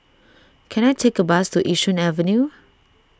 can I take a bus to Yishun Avenue